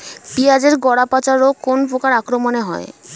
পিঁয়াজ এর গড়া পচা রোগ কোন পোকার আক্রমনে হয়?